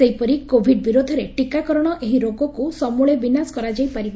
ସେହିପରି କୋଭିଡ୍ ବିରୋଧରେ ଟିକାକରଣ ଏହି ରୋଗକୁ ସମୂଳେ ବିନାଶ କରାଯାଇ ପାରିବ